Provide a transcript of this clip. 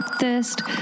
thirst